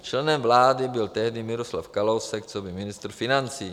Členem vlády byl tehdy Miroslav Kalousek coby ministr financí.